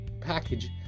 package